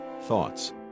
thoughts